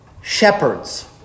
Shepherds